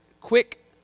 quick